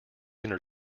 inner